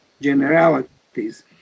generalities